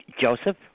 Joseph